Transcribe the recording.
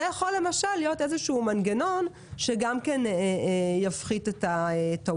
זה למשל יכול להיות איזשהו מנגנון שיפחית את הטעויות.